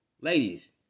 Ladies